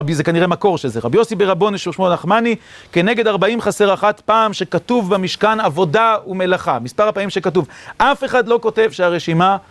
וזה כנראה מקור של זה. רב יוסי ברבונש ושמואל נחמני כנגד ארבעים חסר אחת פעם שכתוב במשכן עבודה ומלאכה. מספר הפעמים שכתוב. אף אחד לא כותב שהרשימה...